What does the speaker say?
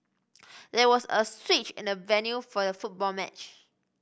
there was a switch in the venue for the football match